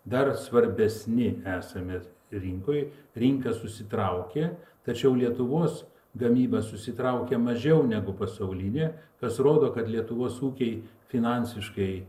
dar svarbesni esame rinkoj rinka susitraukė tačiau lietuvos gamyba susitraukė mažiau negu pasaulinė kas rodo kad lietuvos ūkiai finansiškai